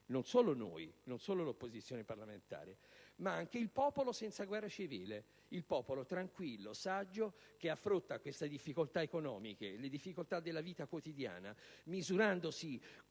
Non solo noi, non solo l'opposizione parlamentare, ma anche il popolo senza guerra civile: il popolo tranquillo, saggio, che affronta queste difficoltà economiche, le difficoltà della vita quotidiana, misurandosi